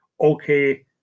Okay